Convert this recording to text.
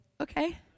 Okay